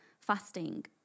fasting